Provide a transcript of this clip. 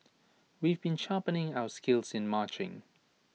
we've been sharpening our skills in marching